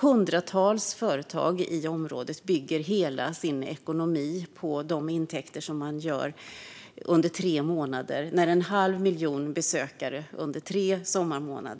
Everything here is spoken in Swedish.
Hundratals företag i området bygger hela sin ekonomi på de intäkter som de får under de tre sommarmånader när en halv miljon besökare